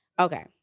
Okay